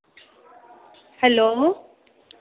hello